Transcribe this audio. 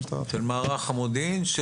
של מערך המודיעין.